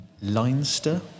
Leinster